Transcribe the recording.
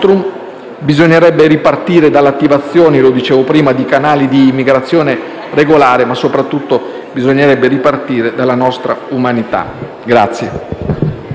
Bisognerebbe ripartire dall'attivazione - come dicevo prima - di canali di immigrazione regolare ma, soprattutto, bisognerebbe ripartire dalla nostra umanità.